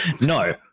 No